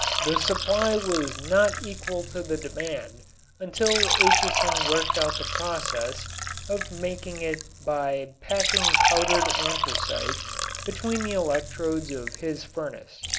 the supply was not equal to the demand until acheson worked out the process of making it by packing powdered anthracite between the electrodes of his furnace.